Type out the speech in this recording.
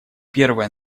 первое